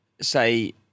say